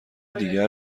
دیگر